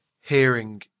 hearing